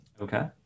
Okay